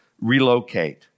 relocate